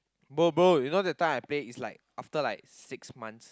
boy boy you know that time I play is like after like six months